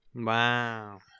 wow